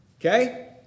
okay